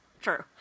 True